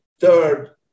Third